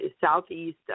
southeast